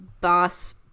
boss